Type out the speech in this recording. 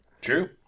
true